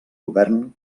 govern